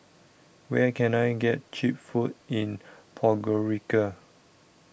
Where Can I get Cheap Food in Podgorica